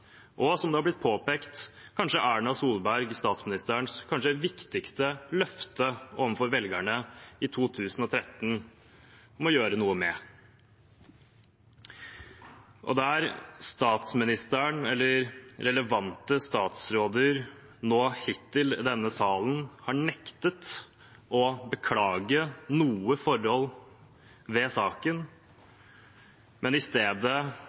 og, som det har blitt påpekt, Erna Solbergs, statsministerens, kanskje viktigste løfte overfor velgerne i 2013 om å gjøre noe med det. Statsministeren eller relevante statsråder har hittil i denne salen nektet å beklage noe forhold ved saken, men i stedet